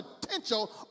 potential